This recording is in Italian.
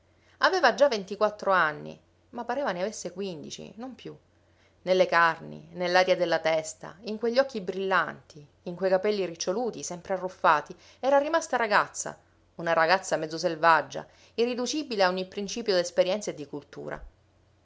aveva già ventiquattro anni ma pareva ne avesse quindici non più nelle carni nell'aria della testa in quegli occhi brillanti in quei capelli riccioluti sempre arruffati era rimasta ragazza una ragazza mezzo selvaggia irriducibile a ogni principio d'esperienza e di cultura